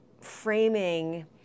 framing